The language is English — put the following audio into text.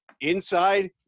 inside